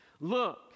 Look